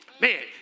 Man